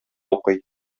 укый